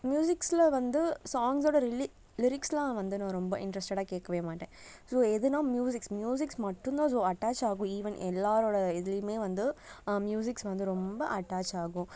ம்யூசிக்ஸில் வந்து சாங்ஸோடய ரிலி லிரிக்ஸ்லாம் வந்து நான் ரொம்ப இன்ட்ரஸ்டடாக கேட்கவே மாட்டேன் ஸோ எதுன்னால் ம்யூசிக்ஸ் ம்யூசிக்ஸ் மட்டும்தான் ஸோ அட்டாச் ஆகும் ஈவன் எல்லாரோடய இதுலையுமே வந்து ம்யூசிக்ஸ் வந்து ரொம்ப அட்டாச் ஆகும்